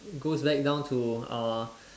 goes back down to uh